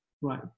Right